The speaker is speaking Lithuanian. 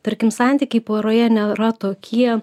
tarkim santykiai poroje nėra tokie